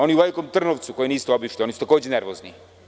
Oni u Velikom Trnovcu koje niste obišli, oni su takođe nervozni.